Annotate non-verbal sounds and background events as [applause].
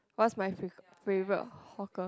what's my [noise] favorite hawker